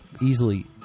easily